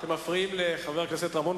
אתם מפריעים לחבר הכנסת רמון,